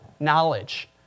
knowledge